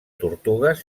tortugues